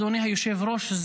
אדוני היושב-ראש,